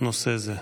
נושא זה.